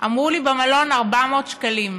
אמרו לי במלון: 400 שקלים.